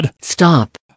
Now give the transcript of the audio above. Stop